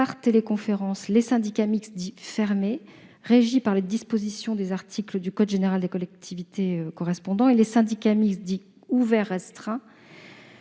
par téléconférence, les syndicats mixtes dits fermés, régis par les articles du code général des collectivités territoriales correspondants, et les syndicats mixtes dits ouverts restreints.